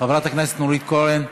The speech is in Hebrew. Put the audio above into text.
חברת הכנסת נורית קורן.